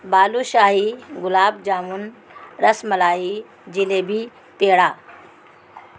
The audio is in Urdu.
بالو شاہی گلاب جامن رس ملائی جلیبی پیڑا